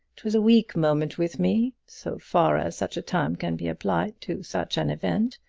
it was a weak moment with me. so far as such a term can be applied to such an event,